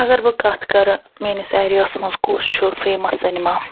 اگر بہٕ کتھ کَرٕ میٲنِس ایریاہَس مَنٛز کُس چھُ فیمَس سینِما